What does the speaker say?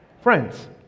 friends